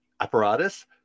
apparatus